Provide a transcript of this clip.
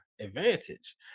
advantage